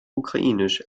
ukrainisch